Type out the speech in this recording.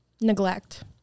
neglect